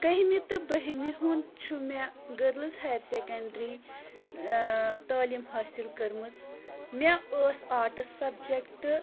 کٔہمہِ تہٕ بٔہمہِ ہُنٛد چھُ مےٚ گٔرلٕز ہایر سیٚکنٛڈرٛی ٲں تعلیٖم حٲصِل کٔرمٕژ مےٚ ٲس آرٹٕس سبجیٚکٹہٕ